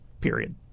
period